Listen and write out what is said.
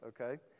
okay